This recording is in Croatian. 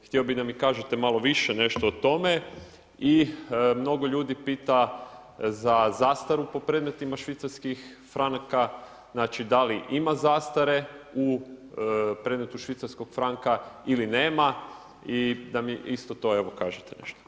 Htio bi da mi kažete malo više nešto o tome i mnogo ljudi pita za zastaru po predmetima švicarskih franaka, znači da li ima zastare u predmetu švicarskog franka ili nema i da mi isto evo to kažete nešto.